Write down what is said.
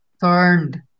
turned